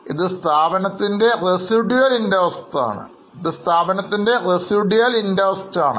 ഇത് സ്ഥാപനത്തിൻറെ residual interest ആണ്